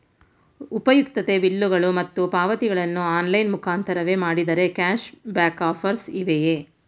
ಉಪಯುಕ್ತತೆ ಬಿಲ್ಲುಗಳು ಮತ್ತು ಪಾವತಿಗಳನ್ನು ಆನ್ಲೈನ್ ಮುಖಾಂತರವೇ ಮಾಡಿದರೆ ಕ್ಯಾಶ್ ಬ್ಯಾಕ್ ಆಫರ್ಸ್ ಇವೆಯೇ?